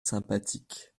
sympathique